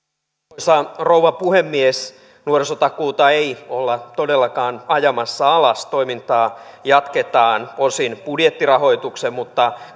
arvoisa rouva puhemies nuorisotakuuta ei olla todellakaan ajamassa alas toimintaa jatketaan osin budjettirahoituksen mutta